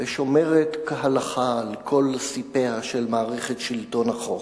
ושומרת כהלכה על כל ספיה של מערכת שלטון החוק,